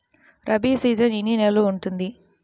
Rabi season ఎన్ని నెలలు ఉంటుంది?